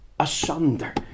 Asunder